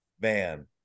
Man